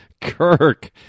Kirk